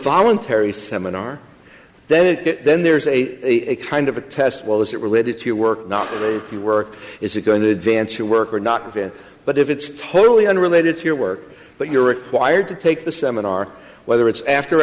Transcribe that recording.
voluntary seminar then it then there's a kind of a test well is it related to your work not the work is it going to advance your work or not it but if it's totally unrelated to your work but you're required to take the seminar whether it's after